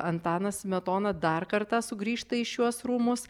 antanas smetona dar kartą sugrįžta į šiuos rūmus